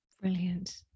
Brilliant